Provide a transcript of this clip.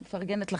אני מפרגנת לך,